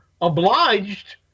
obliged